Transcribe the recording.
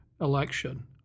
election